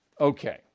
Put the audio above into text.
Okay